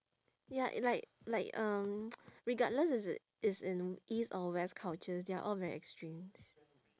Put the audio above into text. ya like like um regardless is it is in east or west cultures they are all very extremes